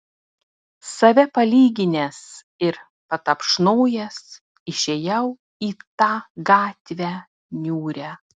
save palyginęs ir patapšnojęs išėjau į tą gatvę niūrią